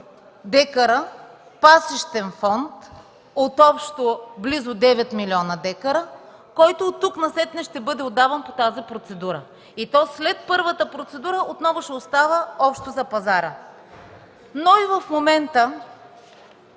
декара пасищен фонд от общо близо девет милиона декара, който от тук насетне ще бъде отдаван по тази процедура, и то след първата процедура отново ще остава общо за пазара. Тоест